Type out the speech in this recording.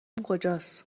کجاست